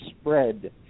spread